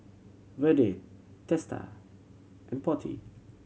Vedre Teesta and Potti